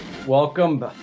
Welcome